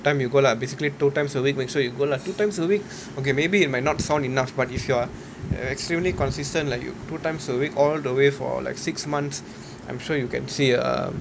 time you go lah basically two times a week make sure you go lah two times a week okay maybe it might not sound enough but if you are extremely consistent like you two times a week all the way for like six months I'm sure you can see um